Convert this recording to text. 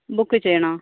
book ചെയ്യണോ